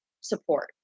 support